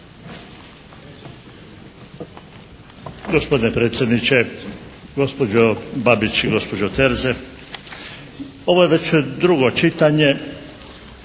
Gospodine predsjedniče, gospođo Babić i gospođo Terze. Ovo je već drugo čitanje.